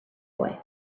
boy